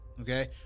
okay